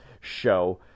show